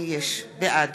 בעד